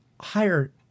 higher